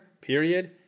period